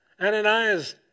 Ananias